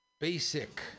basic